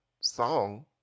song